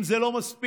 אם זה לא מספיק,